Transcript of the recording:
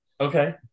Okay